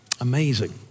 Amazing